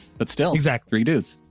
but still exact three dudes.